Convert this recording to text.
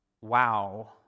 wow